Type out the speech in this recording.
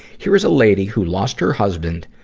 here is a lady who lost her husband,